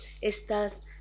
Estas